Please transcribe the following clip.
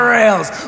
rails